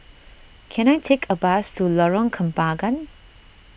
can I take a bus to Lorong Kembagan